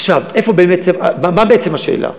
עכשיו, מה בעצם השאלה?